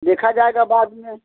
देखा जाएगा बाद में